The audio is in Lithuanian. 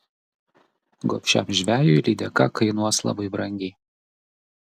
gobšiam žvejui lydeka kainuos labai brangiai